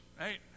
right